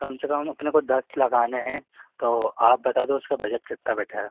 कम से कम अपने को दस लगाने हैं तो आप बता दो उसका बजट कितना बैठेगा